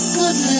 good